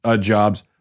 jobs